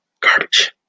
Garbage